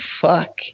fuck